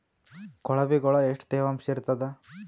ಕೊಳವಿಗೊಳ ಎಷ್ಟು ತೇವಾಂಶ ಇರ್ತಾದ?